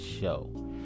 show